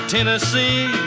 Tennessee